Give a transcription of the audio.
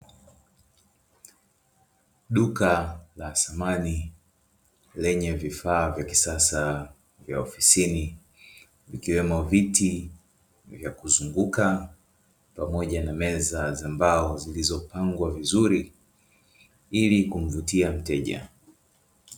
Duka la samani lenye vifaa vya kisasa vya ofisini ikiwemo viti vya kuzunguka pamoja na meza za mbao, zilizopangwa vizuriili kumvutia mteja.